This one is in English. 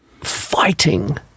fighting